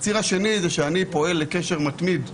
הציר השני זה שאני פועל לקשר מתמיד.